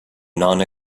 non